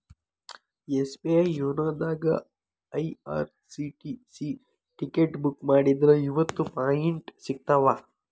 SBI Yono ದಾಗಾ IRCTC ticket book ಮಾಡಿದ್ರ ಐವತ್ತು ಪಾಯಿಂಟ್ ಸಿಗ್ತಾವ